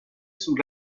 sous